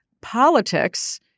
politics